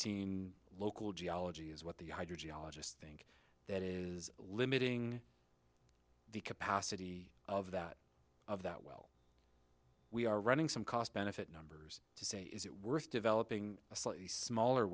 een local geology is what the hydrogen ologists think that is limiting the capacity of that of that well we are running some cost benefit numbers to say is it worth developing a slightly smaller